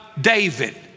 David